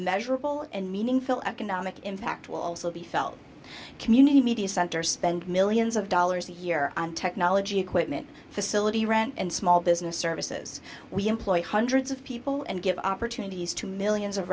measurable and meaningful economic impact will also be felt in community media center spend millions of dollars a year on technology equipment facility rent and small business services we employ hundreds of people and give opportunities to millions of